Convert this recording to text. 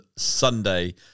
Sunday